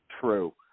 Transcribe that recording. True